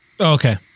Okay